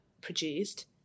produced